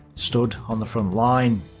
stood on the front line.